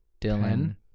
Dylan